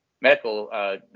medical